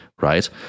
right